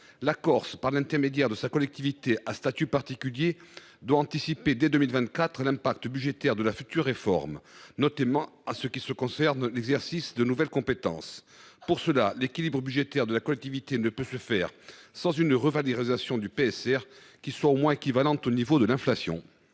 La Corse, par l’intermédiaire de sa collectivité à statut particulier, doit anticiper dès 2024 l’impact budgétaire de la future réforme, notamment pour ce qui concerne l’exercice de nouvelles compétences. L’équilibre budgétaire de la Collectivité ne peut se faire sans une revalorisation du PSR qui soit au moins équivalente au niveau de l’inflation.